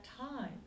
time